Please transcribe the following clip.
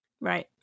Right